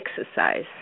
exercise